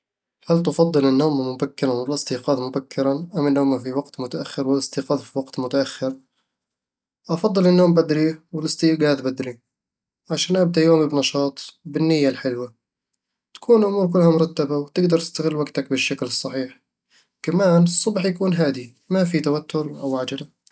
هل تفضل النوم مبكرًا والاستيقاظ مبكرًا، أم النوم في وقت متأخر والاستيقاظ في وقت متأخر؟ أفضل النوم بدري والاستيقاظ بدري، عشان أبدأ يومي بنشاط وبالنية الحلوة تكون الأمور كلها مرتبة وتقدر تستغل وقتك بالشكل الصحيح كمان الصبح يكون هادي، وما فيه توتر أو عجلة